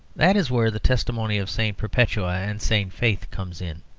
that is where the testimony of st. perpetua and st. faith comes in.